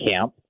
camp